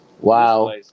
Wow